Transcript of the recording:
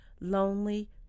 lonely